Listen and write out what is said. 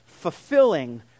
Fulfilling